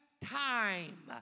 time